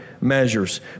measures